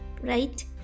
right